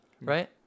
Right